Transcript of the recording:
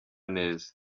neza